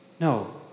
No